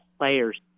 players